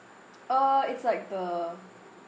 uh it's like the